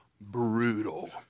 brutal